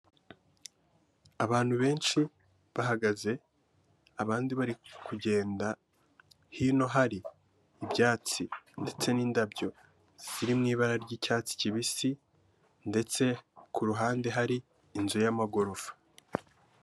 Abantu benshi bahagaze, abandi bari kugenda, hino hari ibyatsi ndetse n'indabyo ziri mu ibara ry'icyatsi kibisi ndetse ku ruhande hari inzu y'amagorofa.